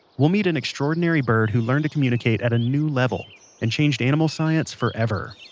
we'll meet an extraordinary bird who learned to communicate at a new level and changed animal science forever.